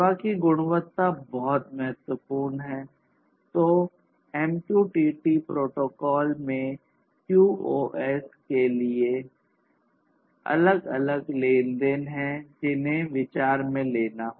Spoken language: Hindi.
सेवा की गुणवत्ता के बीच है